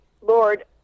Lord